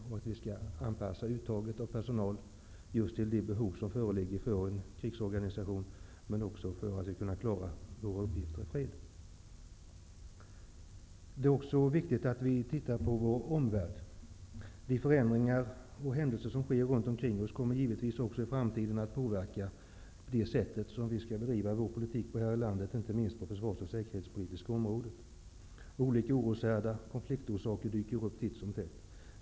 Rekryteringen av personal skall anpassas just till det behov som föreligger för en krigsorganisation, men också för att man skall kunna klara sina uppgifter i fred. Vi måste också se på vår omvärld. De förändringar och händelser som sker runt omkring oss kommer givetvis också i framtiden att påverka vår politik här i landet, inte minst när det gäller det försvars och säkerhetspolitiska området. Olika oroshärdar och konfliktorsaker dyker upp titt som tätt.